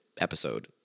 episode